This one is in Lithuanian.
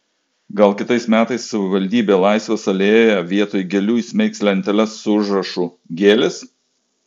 gal kitais metais savivaldybė laisvės alėjoje vietoj gėlių įsmeigs lenteles su užrašu gėlės